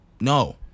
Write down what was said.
No